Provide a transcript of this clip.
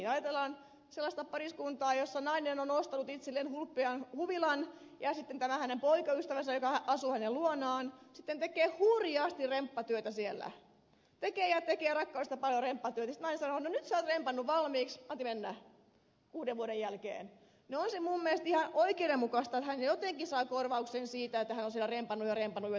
jos ajatellaan sellaista pariskuntaa jossa nainen on ostanut itselleen hulppean huvilan ja tämä hänen poikaystävänsä joka asuu hänen luonaan sitten tekee hurjasti remppatyötä siellä tekee ja tekee rakkaudesta paljon remppatyötä ja sitten nainen sanoo että no nyt sinä olet rempannut valmiiksi anti mennä uudenvuoden jälkeen niin on se minusta ihan oikeudenmukaista että hän jotenkin saa korvauksen siitä että hän on siellä rempannut ja rempannut yötä päivää